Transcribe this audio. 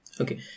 okay